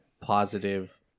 positive